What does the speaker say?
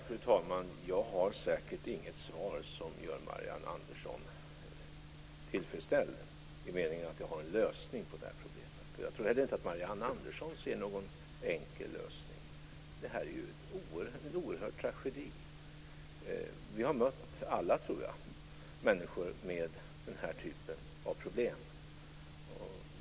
Fru talman! Jag har säkert inget svar som gör Marianne Andersson tillfredsställd i meningen att jag har en lösning på problemet. Jag tror heller inte att Marianne Andersson ser någon enkel lösning. Det här är en oerhörd tragedi. Vi har nog alla mött människor med den här typen av problem.